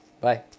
Bye